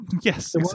Yes